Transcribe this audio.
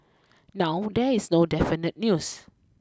now there is no definite news